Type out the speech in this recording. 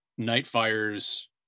Nightfire's